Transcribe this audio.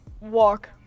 walk